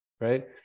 right